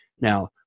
Now